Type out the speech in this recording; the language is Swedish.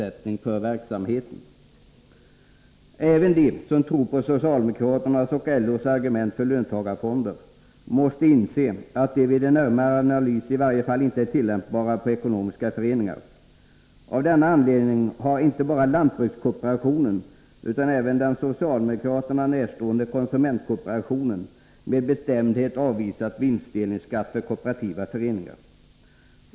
Även de som tror på socialdemokraternas och LO:s argument för löntagarfonder måste inse att de vid en närmare analys i varje fall inte är tillämpbara på ekonomiska föreningar. Av denna anledning har inte bara lantbrukskooperationen utan även den socialdemokraterna närstående konsumentkooperationen med bestämdhet avvisat vinstdelningsskatt för kooperativa föreningar.